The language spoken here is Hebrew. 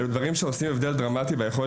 הם דברים שעושים הבדל דרמטי ביכולת